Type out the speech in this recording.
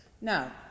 Now